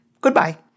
Goodbye